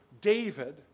David